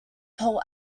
pearl